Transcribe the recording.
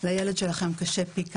לילד שלכם קשה פי כמה.